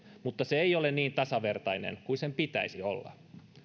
mutta se ei ole niin tasavertainen kuin sen pitäisi olla